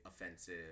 offensive